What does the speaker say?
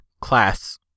class